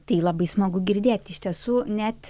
tai labai smagu girdėt iš tiesų net